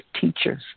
teachers